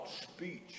speech